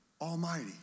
Almighty